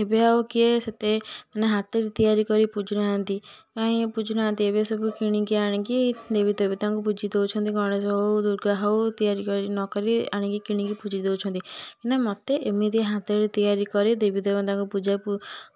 ଏବେ ଆଉ କିଏ ସେତେ ମାନେ ହାତରେ ତିଆରି କରି ପୂଜୁ ନାହାନ୍ତି କାହିଁକି ପୂଜୁ ନାହାନ୍ତି ଏବେ ସବୁ କିଣିକି ଆଣିକି ଦେବୀ ଦେବତାଙ୍କୁ ପୂଜି ଦେଉଛନ୍ତି ଗଣେଶ ହଉ ଦୁର୍ଗା ହଉ ତିଆରି କରି ନକରି ଆଣିକି କିଣିକି ପୂଜି ଦେଉଛନ୍ତି ହେଲେ ମୋତେ ଏମିତି ହାତରେ ତିଆରି କରି ଦେବୀ ଦେବତାଙ୍କୁ ପୂଜା